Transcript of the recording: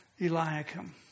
Eliakim